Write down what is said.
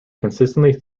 consistently